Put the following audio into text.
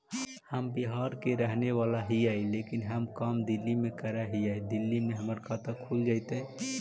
हम बिहार के रहेवाला हिय लेकिन हम काम दिल्ली में कर हिय, दिल्ली में हमर खाता खुल जैतै?